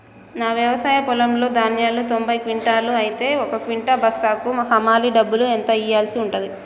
నా వ్యవసాయ పొలంలో ధాన్యాలు తొంభై క్వింటాలు అయితే ఒక క్వింటా బస్తాకు హమాలీ డబ్బులు ఎంత ఇయ్యాల్సి ఉంటది?